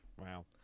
Wow